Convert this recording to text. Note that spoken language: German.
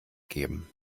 geben